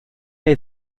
neu